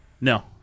No